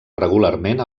regularment